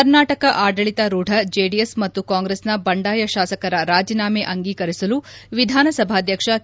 ಕರ್ನಾಟಕ ಆಡಳಿತರೂಢ ಜೆಡಿಎಸ್ ಮತ್ತು ಕಾಂಗ್ರೆಸ್ನ ಬಂಡಾಯ ಶಾಸಕರ ರಾಜೀನಾಮೆ ಅಂಗೀಕರಿಸಲು ವಿಧಾನಸಭಾಧ್ಯಕ್ಷ ಕೆ